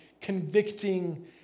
convicting